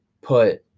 put